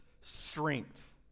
strength